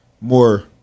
more